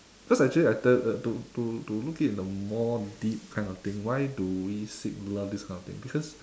cause I actually I tell you to to to look it in a more deep kind of thing why do we seek love this kind of thing because